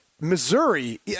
Missouri